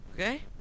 Okay